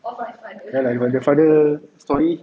ya lah he from the father story